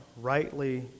rightly